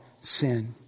sin